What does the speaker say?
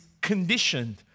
conditioned